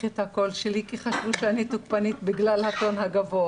את הקול שלי כי חשבו שאני תוקפנית בגלל הטון הגבוה